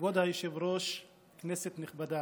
כבוד היושב-ראש, כנסת נכבדה,